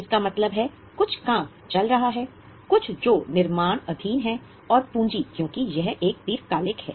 इसका मतलब है कुछ काम चल रहा है कुछ जो निर्माणाधीन है और पूंजी क्योंकि यह एक दीर्घकालिक है